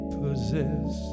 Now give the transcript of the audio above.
possess